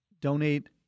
donate